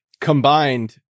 Combined